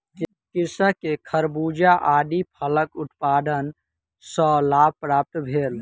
कृषक के खरबूजा आदि फलक उत्पादन सॅ लाभ प्राप्त भेल